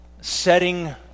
setting